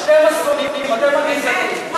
אתם השונאים, אתם הגזענים.